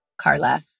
Carla